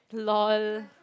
lol